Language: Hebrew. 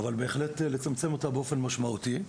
אבל בהחלט לצמצם אותה באופן משמעותי.